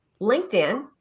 LinkedIn